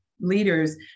leaders